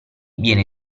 viene